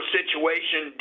situation